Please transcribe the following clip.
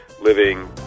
living